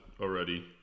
already